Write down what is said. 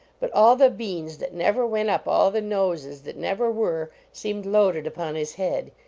but all the beans that never went up all the noses that never were seemed loaded upon his head.